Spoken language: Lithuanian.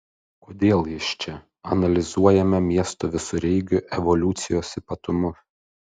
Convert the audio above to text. kodėl jis čia analizuojame miesto visureigių evoliucijos ypatumus